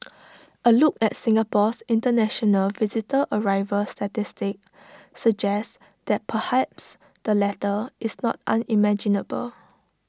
A look at Singapore's International visitor arrival statistics suggest that perhaps the latter is not unimaginable